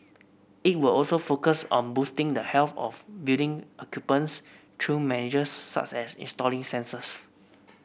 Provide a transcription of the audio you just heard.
it will also focus on boosting the health of building occupants through measures such as installing sensors